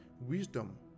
Wisdom